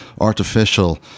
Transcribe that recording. Artificial